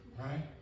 right